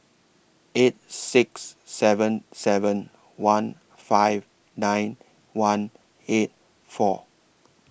eight six seven seven one five nine one eight four